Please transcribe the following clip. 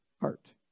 heart